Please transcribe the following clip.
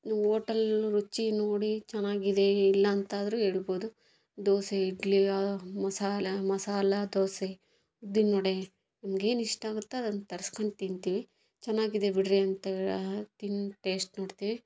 ನೀವು ಹೋಟಲ್ ರುಚಿ ನೋಡಿ ಚೆನ್ನಾಗಿದೆ ಇಲ್ಲ ಅಂತ ಆದರೂ ಹೇಳ್ಬಹುದು ದೋಸೆ ಇಡ್ಲಿ ಮಸಾಲಾ ಮಸಾಲಾ ದೋಸೆ ಉದ್ದಿನ ವಡೆ ನಿಮಗೆ ಏನು ಇಷ್ಟ ಆಗುತ್ತೊ ಅದನ್ನ ತರ್ಸ್ಕೊಂಡು ತಿಂತೀವಿ ಚೆನ್ನಾಗಿದೆ ಬಿಡ್ರಿ ಅಂತ ತಿಂದು ಟೇಸ್ಟ್ ನೋಡ್ತೀವಿ